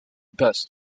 best